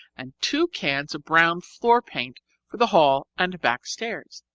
and two cans of brown floor paint for the hall and back stairs.